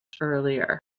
earlier